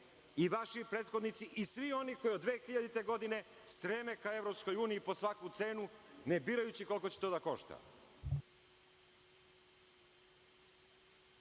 i vaši prethodnici i svi oni koji od 2000. godine streme ka EU po svakoj ceni, ne birajući koliko će to da košta.